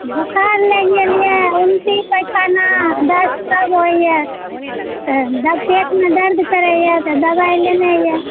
बोखार लागि गेल यऽ उल्टी पैखाना दस्त सब होइया पेट मे दर्द करैया दबाइ सब लेनाइ यऽ